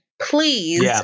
Please